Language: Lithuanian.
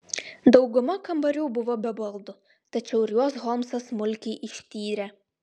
dauguma kambarių buvo be baldų tačiau ir juos holmsas smulkiai ištyrė